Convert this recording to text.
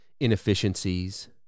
inefficiencies